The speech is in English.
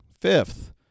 Fifth